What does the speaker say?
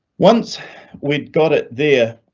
once we got it there.